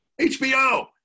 hbo